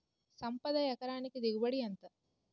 సంపద ఎకరానికి దిగుబడి ఎంత?